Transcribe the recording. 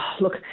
Look